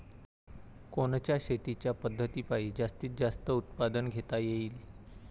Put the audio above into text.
कोनच्या शेतीच्या पद्धतीपायी जास्तीत जास्त उत्पादन घेता येईल?